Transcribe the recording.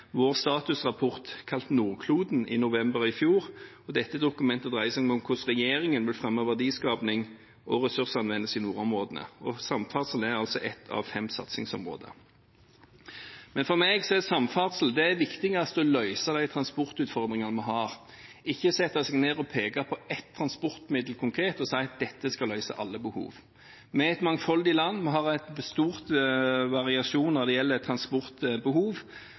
vår statusrapport kalt «nordkloden» i november i fjor. Dette dokumentet dreier seg om hvordan regjeringen vil fremme verdiskaping og ressursanvendelse i nordområdene. Samferdsel er et av fem satsingsområder. Men for meg er det innen samferdsel viktigst å løse de transportutfordringene vi har, ikke sette seg ned og peke på ett transportmiddel konkret og si: Dette skal løse alle behov. Vi er et mangfoldig land, vi har stor variasjon når det gjelder transportbehov.